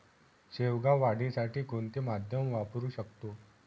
शेवगा वाढीसाठी कोणते माध्यम वापरु शकतो?